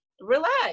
relax